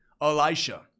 Elisha